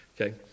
Okay